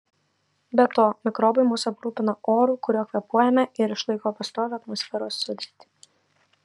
be to mikrobai mus aprūpina oru kuriuo kvėpuojame ir išlaiko pastovią atmosferos sudėtį